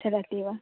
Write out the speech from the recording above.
चलति वा